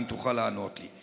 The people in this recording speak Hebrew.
אם תוכל לענות לי.